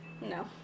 No